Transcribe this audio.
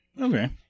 Okay